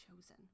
chosen